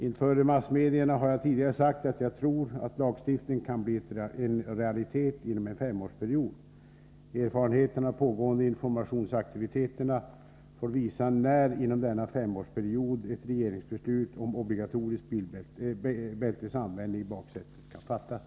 Inför massmedierna har jag tidigare sagt att jag tror att lagstiftning kan bli en realitet inom en femårsperiod. Erfarenheterna av de pågående informationsaktiviteterna får visa när inom denna femårsperiod ett regeringsbeslut om obligatorisk bältesanvändning i baksätet kan fattas.